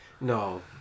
No